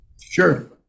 Sure